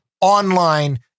online